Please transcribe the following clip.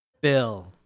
bill